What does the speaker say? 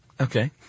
Okay